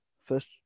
first